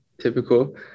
Typical